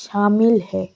शामिल हैं